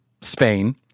Spain